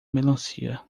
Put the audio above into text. melancia